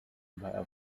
via